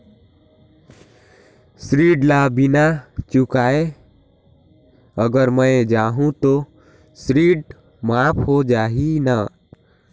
ऋण ला बिना चुकाय अगर मै जाहूं तो ऋण माफ हो जाही न?